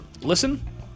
listen